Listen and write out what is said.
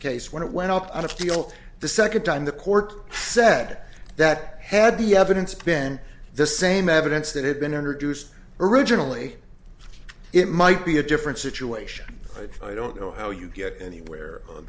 case when it went up on appeal the second time the court said that had the evidence been the same evidence that had been introduced originally it might be a different situation but i don't know how you get anywhere on